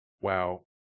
wow